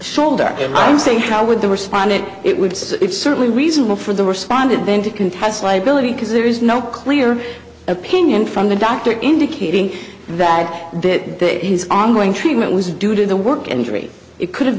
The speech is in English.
shoulder and i'm saying how would they respond it it would say it's certainly reasonable for the respondent then to contest liability because there is no clear opinion from the doctor indicating that that that his ongoing treatment was due to the work and injury it could have